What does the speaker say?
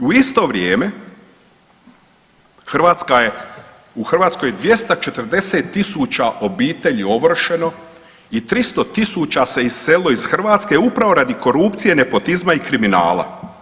U isto vrijeme Hrvatska je, u Hrvatskoj je 240.000 obitelji ovršeno i 300.000 se iselilo iz Hrvatske upravo radi korupcije, nepotizma i kriminala.